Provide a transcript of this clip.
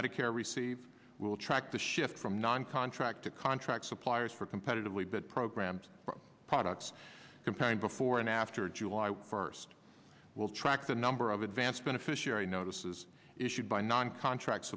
medicare receive will track the shift from non contract to contract suppliers for competitively bid programs products comparing before and after july first will track the number of advance beneficiary notices issued by non contract